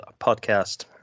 podcast